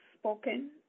spoken